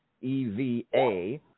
eva